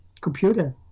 computer